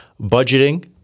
budgeting